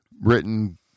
written